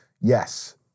Yes